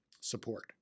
support